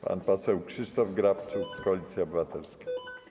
Pan poseł Krzysztof Grabczuk, Koalicja Obywatelska.